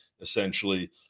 essentially